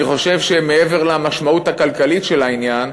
אני חושב שמעבר למשמעות הכלכלית של העניין,